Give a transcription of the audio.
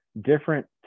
different